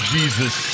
Jesus